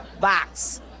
box